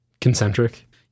Concentric